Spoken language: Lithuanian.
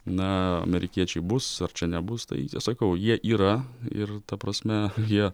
na amerikiečiai bus ar čia nebus tai sakau jie yra ir ta prasme jie